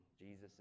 Jesus